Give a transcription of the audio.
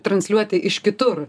transliuoti iš kitur